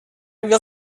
will